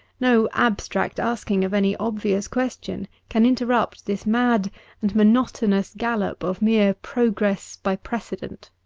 no abstract asking of any obvious question, can interrupt this mad and monotonous gallop of mere progress by precedent.